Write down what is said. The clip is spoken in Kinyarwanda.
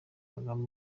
kagame